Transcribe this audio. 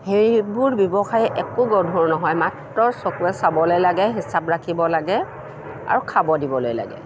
সেইবোৰ ব্যৱসায় একো গধূৰ নহয় মাত্ৰ চকুৱে চাবলৈ লাগে হিচাপ ৰাখিব লাগে আৰু খাব দিবলৈ লাগে